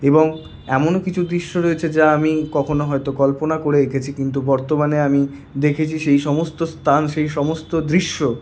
এবং এমন কিছু দৃশ্য রয়েছে যা আমি কখনো হয়তো কল্পনা করে এঁকেছি কিন্তু বর্তমানে আমি দেখেছি সেই সমস্ত স্থান সেই সমস্ত দৃশ্য